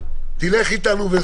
תלך איתנו.